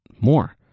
more